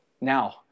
now